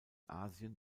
asien